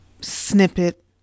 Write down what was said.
snippet